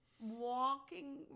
walking